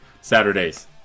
saturdays